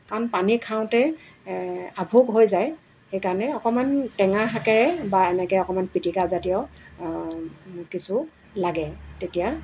কাৰণ পানী খাওঁতে আভোক হৈ যায় সেইকাৰণে অকণমান টেঙা শাকেৰে বা এনেকৈ অকণমান পিটিকাজাতীয় কিছু লাগে তেতিয়া